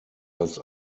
als